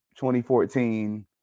2014